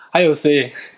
还有谁